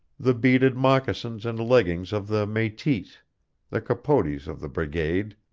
the beaded moccasins and leggings of the metis, the capotes of the brigade,